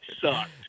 sucked